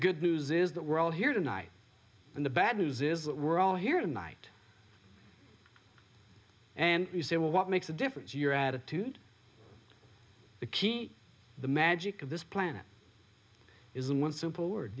good news is that we're all here tonight and the bad news is that we're all here tonight and you say well what makes a difference your attitude to keep the magic of this planet isn't one simple word